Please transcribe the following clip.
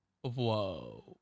Whoa